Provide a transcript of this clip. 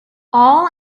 all